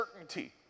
certainty